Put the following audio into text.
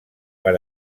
per